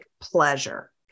pleasure